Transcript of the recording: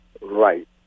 right